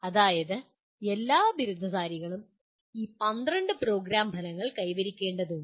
അതായത് എല്ലാ ബിരുദധാരികളും ഈ 12 പ്രോഗ്രാം ഫലങ്ങൾ കൈവരിക്കേണ്ടതുണ്ട്